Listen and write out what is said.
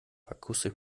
akustisch